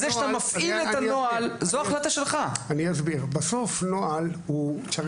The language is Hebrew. זה שאתה מפעיל את הנוהל, זאת החלטה שלך.